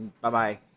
Bye-bye